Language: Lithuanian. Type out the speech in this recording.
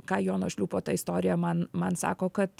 ką jono šliūpo ta istorija man man sako kad